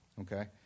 okay